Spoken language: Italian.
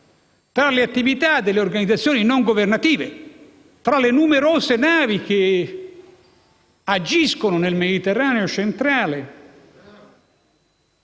tra le attività delle organizzazioni non governative, tra le numerose navi che agiscono nel Mediterraneo centrale,